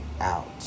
out